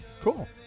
Cool